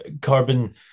carbon